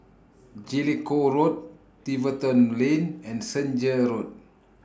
Jellicoe Road Tiverton Lane and Senja Road